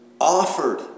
offered